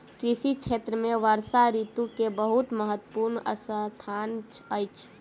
कृषि क्षेत्र में वर्षा ऋतू के बहुत महत्वपूर्ण स्थान अछि